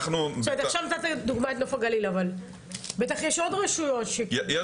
אני מניחה שיש עוד רשויות שקיבלו תקציבים למטרה זו.